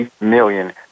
million